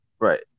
Right